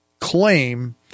claim